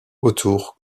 autour